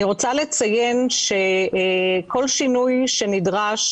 אני רוצה לציין שכל שינוי שנדרש,